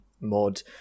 mod